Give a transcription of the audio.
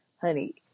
honey